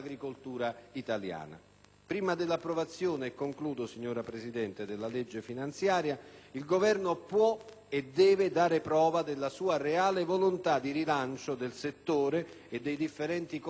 Prima dell'approvazione della legge finanziaria il Governo può e deve dare prova della sua reale volontà di rilancio del settore e dei differenti comparti che vi afferiscono.